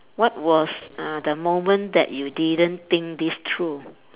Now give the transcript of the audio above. what was uh the moment that you didn't think this through